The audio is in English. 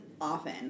often